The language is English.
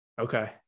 Okay